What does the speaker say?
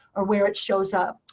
or where it shows up.